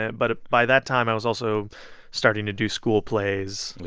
ah but by that time, i was also starting to do school plays,